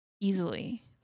easily